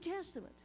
Testament